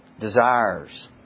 desires